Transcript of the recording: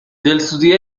دلسوزی